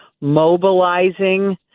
mobilizing